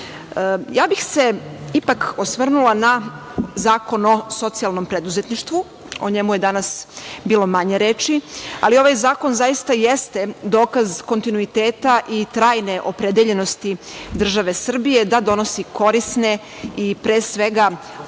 bih se ipak osvrnula na Zakon o socijalnom preduzetništvu, o njemu je danas bilo manje reči, ali ovaj zakon zaista jeste dokaz kontinuiteta i trajne opredeljenosti države Srbije da donosi korisne i pre svega, odgovorne